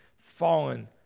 fallen